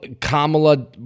Kamala